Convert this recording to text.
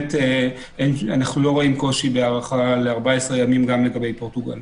ובאמת אנחנו לא רואים קושי בהארכה ל-14 ימים גם לגבי פורטוגל.